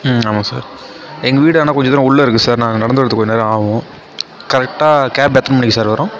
ஆமாம் சார் எங்கள் வீடு ஆனால் கொஞ்சம் தூரம் உள்ளே இருக்குது சார் நாங்கள் நடந்து வரதுக்கு கொஞ்சம் நேரம் ஆகும் கரெக்டாக கேப் எத்தனை மணிக்கு சார் வரும்